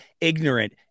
ignorant